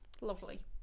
Lovely